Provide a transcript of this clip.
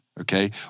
okay